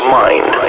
mind